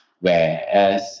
whereas